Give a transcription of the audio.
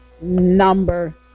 number